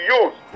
use